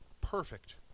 perfect